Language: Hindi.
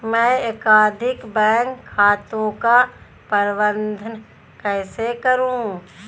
मैं एकाधिक बैंक खातों का प्रबंधन कैसे करूँ?